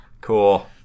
Cool